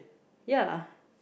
ya